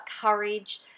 courage